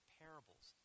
parables